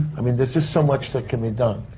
i mean, there's just so much that can be done.